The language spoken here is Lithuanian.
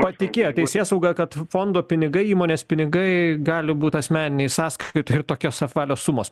patikėjo teisėsauga kad fondo pinigai įmonės pinigai gali būt asmeninėj sąskaitoj ir tokios apvalios sumos